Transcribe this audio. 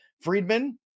Friedman